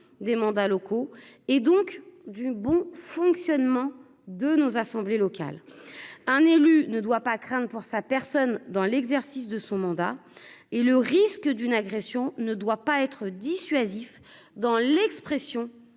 des mandats locaux et donc du bon fonctionnement de nos assemblées locales un élu ne doit pas craindre pour sa personne dans l'exercice de son mandat et le risque d'une agression ne doit pas être dissuasif dans l'expression